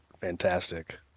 fantastic